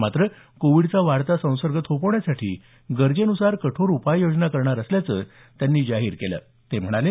मात्र कोविडचा वाढता संसर्ग थोपवण्यासाठी गरजेन्सार कठोर उपाययोजना करणार असल्याचं त्यांनी जाहीर केलं ते म्हणाले